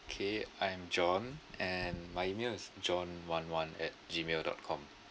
okay I am john and my email is john one one at gmail dot com